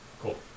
Cool